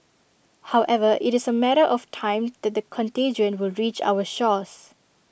however IT is A matter of time that the contagion will reach our shores